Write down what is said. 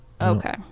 Okay